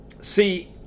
see